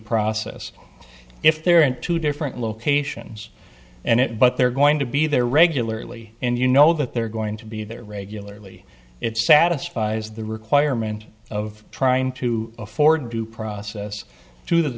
process if they're in two different locations and it but they're going to be there regularly and you know that they're going to be there regularly it satisfies the requirement of trying to afford due process to t